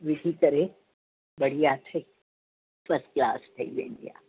विझी करे बढ़िया सां फस्टक्लास ठही वेंदी आहे